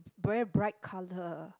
very bright colour